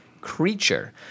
creature